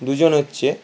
দুজন হচ্ছে